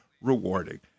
rewarding